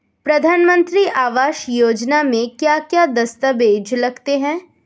प्रधानमंत्री आवास योजना में क्या क्या दस्तावेज लगते हैं?